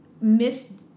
miss